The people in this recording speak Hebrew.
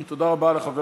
תודה רבה לחבר